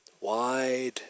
wide